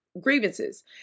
grievances